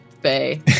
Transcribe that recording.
Bay